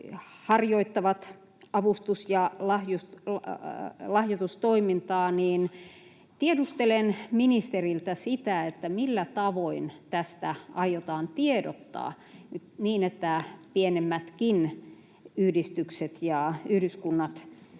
harjoittavat avustus- ja lahjoitustoimintaa, niin tiedustelen ministeriltä: millä tavoin tästä aiotaan tiedottaa niin, että pienemmätkin yhdistykset ja yhdyskunnat